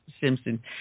Simpson